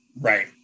right